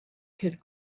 kid